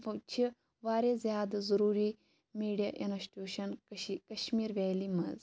چھِ واریاہ زیادٕ ضروٗری media institution Kashir Kashmir valley مَنٛز